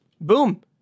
Boom